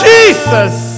Jesus